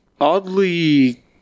oddly